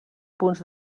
punts